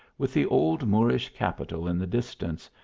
with the old moorish capiteil in the distance,